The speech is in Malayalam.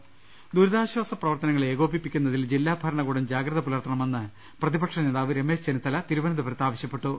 ്് ദുരിതാശ്വാസ പ്രവർത്തനങ്ങൾ ഏകോപിപ്പിക്കുന്നതിൽ ജില്ലാ ഭരണ കൂടം ജാഗ്രത പുലർത്തണമെന്ന് പ്രതിപക്ഷ നേതാവ് രമേശ് ചെന്നി ത്തല തിരുവനന്തപുരത്ത് പറഞ്ഞു